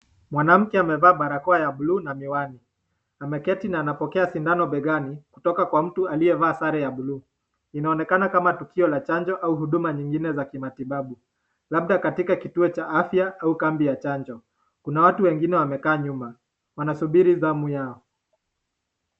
Mwanamke amevaa barakoa ya blue na miwani. Ameketi na anapokea sindani begani kutoka kwa mtu aliyevaa sare ya blue . Inaonekana kama tukio la chanjo au huduma nyingine za kimatibabu, labda katika kutoa cha afya au kambi ya chanjo. Kuna watu wengine wamekaa nyuma, wanasubiri zamu yao.